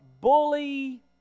bully